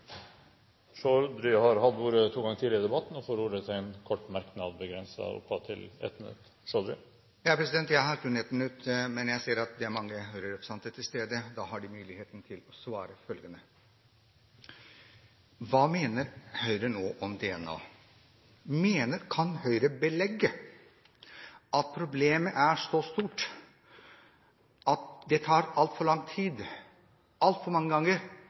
har hatt ordet to ganger tidligere og får ordet til en kort merknad, begrenset til 1 minutt. Jeg har kun ett minutt, men jeg ser at det er mange Høyre-representanter til stede. Da har de muligheten til å svare på følgende: Hva mener Høyre nå om DNA? Kan Høyre belegge at problemet er så stort – at det tar altfor lang tid altfor mange ganger